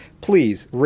please